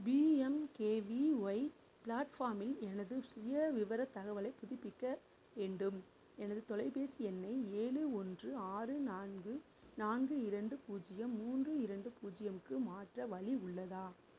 PMKVY ப்ளாட்ஃபார்மில் எனது சுயவிவரத் தகவலைப் புதுப்பிக்க வேண்டும் எனது தொலைபேசி எண்ணை ஏழு ஒன்று ஆறு நான்கு நான்கு இரண்டு பூஜ்யம் மூன்று இரண்டு பூஜ்யமுக்கு மாற்ற வழி உள்ளதா